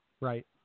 Right